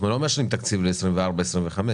אנחנו לא מאשרים עכשיו תקציב ל-2024 ו-2025.